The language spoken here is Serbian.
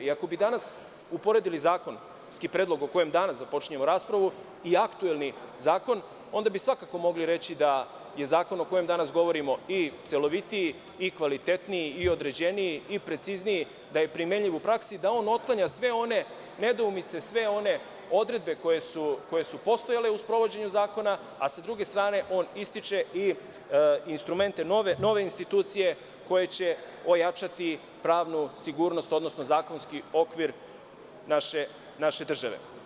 Ako bi danas uporedili zakonski predlog o kojem danas započinjemo raspravu i aktuelni zakon, onda bi svakako mogli reći da je zakon o kojem danas govorimo i celovitiji i kvalitetniji i određeniji i precizniji, da je primenjiv u praksi, jer on otklanja sve one nedoumice, sve one odredbe koje su postojale u sprovođenju zakona, a s druge strane on ističe i instrumente nove institucije koje će ojačati pravnu sigurnost odnosno zakonski okvir naše države.